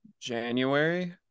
January